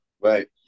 Right